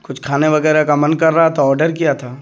کچھ کھانے وغیرہ کا من کر رہا تھا آڈر کیا تھا